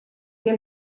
que